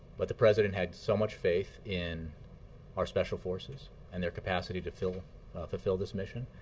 but the president had so much faith in our special forces and their capacity to fulfill fulfill this mission,